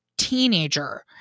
teenager